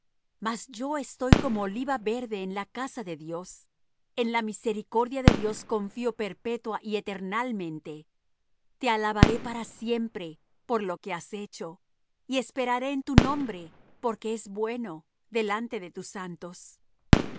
mas yo estoy como oliva verde en la casa de dios en la misericordia de dios confío perpetua y eternalmente te alabaré para siempre por lo que has hecho y esperaré en tu nombre porque es bueno delante de tus santos al